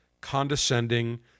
condescending